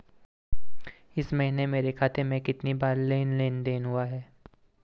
इस महीने मेरे खाते में कितनी बार लेन लेन देन हुआ है?